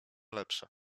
lepsze